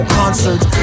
concerts